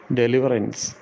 deliverance